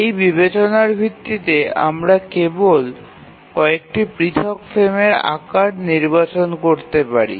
এই বিবেচনার ভিত্তিতে আমরা কেবল কয়েকটি পৃথক ফ্রেমের আকার নির্বাচন করতে পারি